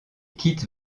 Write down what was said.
quitte